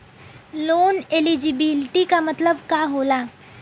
Loan eligibility का मतलब का होला?